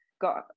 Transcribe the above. got